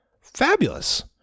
Fabulous